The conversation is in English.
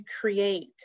create